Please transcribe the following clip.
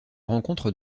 rencontre